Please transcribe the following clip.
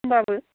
होनबाबो